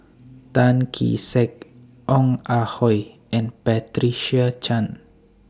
Tan Kee Sek Ong Ah Hoi and Patricia Chan